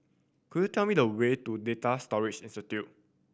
could you tell me the way to Data Storage Institute